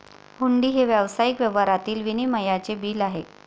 हुंडी हे व्यावसायिक व्यवहारातील विनिमयाचे बिल आहे